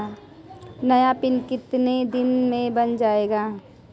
नया पिन कितने दिन में बन जायेगा?